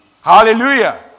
hallelujah